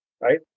right